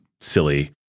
silly